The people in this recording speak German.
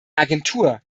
agentur